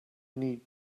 need